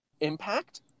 impact